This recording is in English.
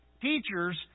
teachers